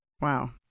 Wow